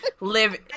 live